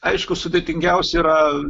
aišku sudėtingiausia yra